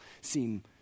seem